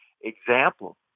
example